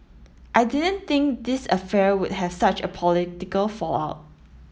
I didn't think this affair would have such a political fallout